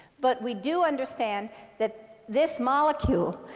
but we do understand that this molecule,